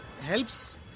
Helps